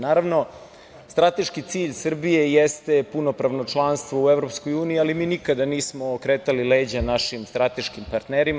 Naravno, strateški cilj Srbije jeste punopravno članstvo u EU, ali mi nikada nismo okretali leđa našim strateškim partnerima.